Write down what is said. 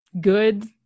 good